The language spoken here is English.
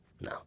No